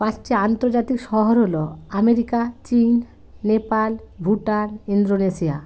পাঁচটি আন্তর্জাতিক শহর হলো আমেরিকা চীন নেপাল ভুটান ইন্দোনেশিয়া